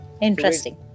Interesting